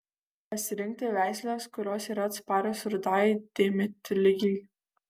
pasirinkti veisles kurios yra atsparios rudajai dėmėtligei